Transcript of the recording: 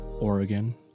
Oregon